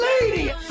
Lady